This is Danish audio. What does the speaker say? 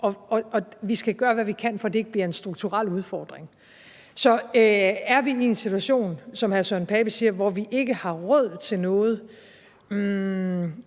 og vi skal gøre, hvad vi kan, for at det ikke bliver en strukturel udfordring. Så er vi i en situation, som hr. Søren Pape Poulsen siger, hvor vi ikke har råd til noget?